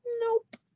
nope